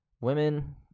women